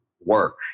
work